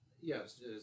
yes